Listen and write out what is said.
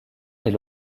est